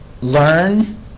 learn